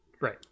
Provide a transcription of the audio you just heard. Right